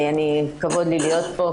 כבוד לי להיות פה,